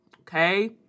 okay